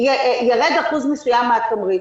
ירד אחוז מסוים מהתמריץ.